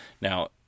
Now